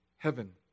Heaven